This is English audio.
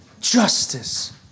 justice